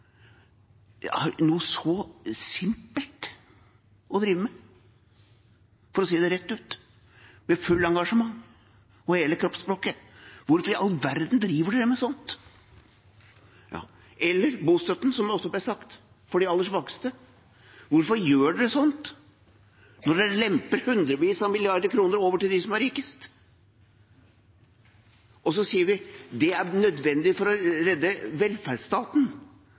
svakeste! Noe så simpelt å drive med, for å si det rett ut – med fullt engasjement og hele kroppsspråket. Hvorfor i all verden driver en med sånt? Eller bostøtten, som også ble nevnt, for de aller svakeste? Hvorfor gjør en sånt, når en lemper hundrevis av milliarder av kroner over til dem som er rikest? Så sier en at det er nødvendig for å redde velferdsstaten.